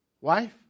wife